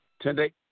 today